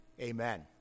Amen